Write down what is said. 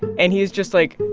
and he is just, like,